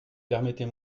permettez